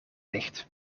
licht